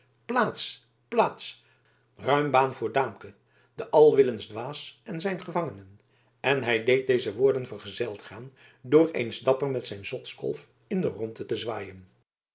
plaats ruimbaan voor daamke den alwillensdwaas en zijn gevangenen en hij deed deze woorden vergezeld gaan door eens dapper met zijn zotskolf in de rondte te zwaaien